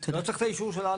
הוא לא צריך את האישור שלנו.